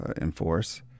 enforce